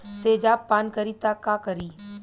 तेजाब पान करी त का करी?